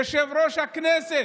יושב-ראש הכנסת.